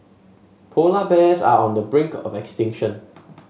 polar bears are on the brink of extinction